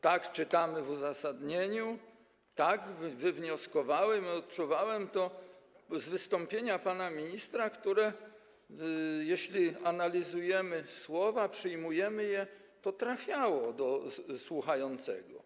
Tak czytamy w uzasadnieniu, tak wywnioskowałem i odczułem to, słuchając wystąpienia pana ministra, które, jeśli analizujemy słowa, przyjmujemy je, trafiało do słuchającego.